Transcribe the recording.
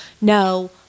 no